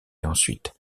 ensuite